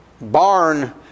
barn